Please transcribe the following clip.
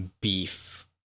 beef